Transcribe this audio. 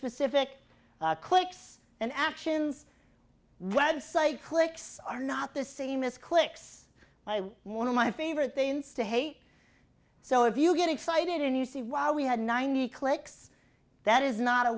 specific clicks and actions website clicks are not the same as clicks by one of my favorite things to hate so if you get excited and you see wow we had ninety clicks that is not a